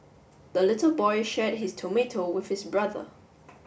the little boy shared his tomato with his brother